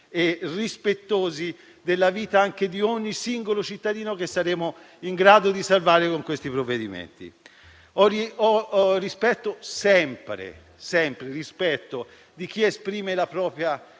e rispettosi della vita anche di ogni singolo cittadino che saremo in grado di salvare con questi provvedimenti. Ho sempre rispetto di chi esprime la propria